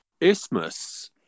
Isthmus